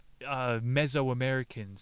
Mesoamericans